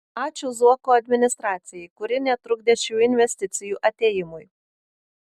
ačiū zuoko administracijai kuri netrukdė šių investicijų atėjimui